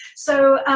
so,